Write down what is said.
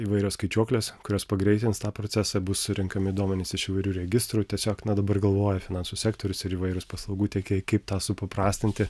įvairios skaičiuoklės kurios pagreitins tą procesą bus surenkami duomenys iš įvairių registrų tiesiog na dabar galvoja finansų sektorius ir įvairūs paslaugų tiekėjai kaip tą supaprastinti